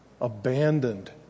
abandoned